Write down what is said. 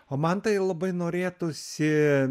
o man tai labai norėtųsi